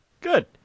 Good